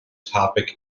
topic